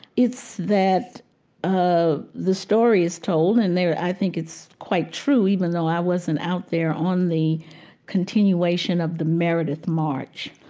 it's that ah the story is told and i think it's quite true, even though i wasn't out there on the continuation of the meredith march.